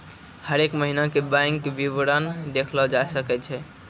हरेक महिना के बैंक विबरण देखलो जाय सकै छै